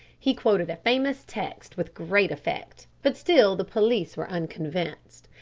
he quoted a famous text with great effect. but still the police were unconvinced.